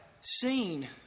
seen